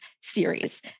series